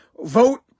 vote